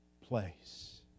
place